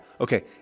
okay